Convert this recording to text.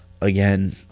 Again